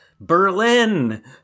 Berlin